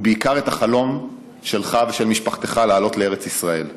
ובעיקר את החלום שלך ושל משפחתך לעלות לארץ ישראל.